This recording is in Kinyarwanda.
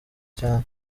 cyane